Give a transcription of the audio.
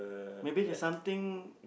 maybe there's something